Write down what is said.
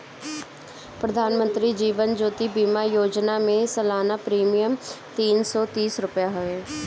प्रधानमंत्री जीवन ज्योति बीमा योजना में सलाना प्रीमियम तीन सौ तीस रुपिया हवे